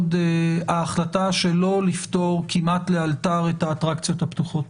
ההחלטה שלא לפתור כמעט לאלתר את האטרקציות הפתוחות.